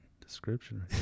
description